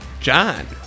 John